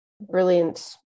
brilliant